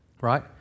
right